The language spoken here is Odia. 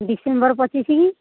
ଡିସେମ୍ବର୍ ପଚିଶ୍